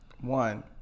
one